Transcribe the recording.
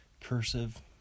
Cursive